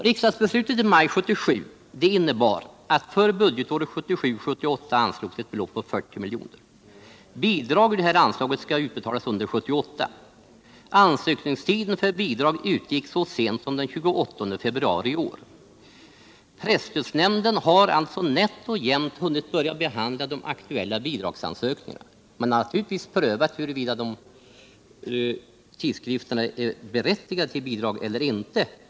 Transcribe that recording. Riksdagsbeslutet i maj 1977 innebar att för budgetåret 1977/78 anslogs ett belopp på 40 milj.kr. Bidrag ur detta anslag skall utbetalas under 1978. Ansökningstiden för bidrag utgick så sent som den 28 februari i år. Presstödsnämnden har alltså nätt och jämnt hunnit börja behandla de aktuella bidragsbeloppen men naturligtvis prövat huruvida tidskrifterna är berättigade till bidrag eller inte.